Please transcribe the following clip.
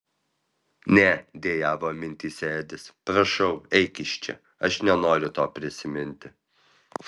ne dejavo mintyse edis prašau eik iš čia aš nenoriu to prisiminti